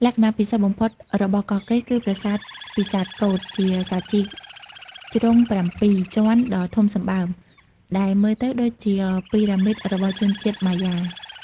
លក្ខណៈពិសេសបំផុតរបស់កោះកេរគឺប្រាសាទពិសាទកូដ ជាសាជីជ្រុងប្រាំពីរជាន់ដ៏ធំសម្បើម ដែលមើលទៅដូចជាពីរ៉ាមីតរបស់ជនជាតិម៉ាយ៉ា។